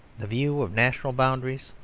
the view of national boundaries,